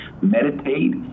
meditate